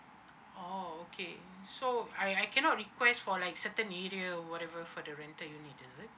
oh okay so I I cannot request for like certain area whatever for the rental unit is it